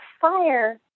fire